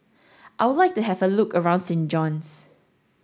I would like to have a look around Saint John's